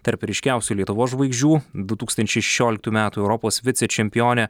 tarp ryškiausių lietuvos žvaigždžių du tūkstančiai šešioliktų metų europos vicečempionė